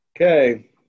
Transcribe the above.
Okay